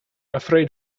afraid